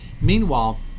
Meanwhile